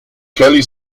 kelly